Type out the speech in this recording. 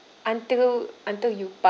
until until you